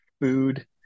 food